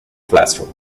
classroom